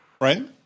Right